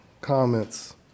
comments